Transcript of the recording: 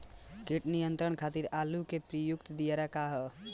कीट नियंत्रण खातिर आलू में प्रयुक्त दियार का ह?